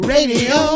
Radio